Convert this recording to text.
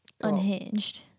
unhinged